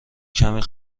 کمی